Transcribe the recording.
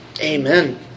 Amen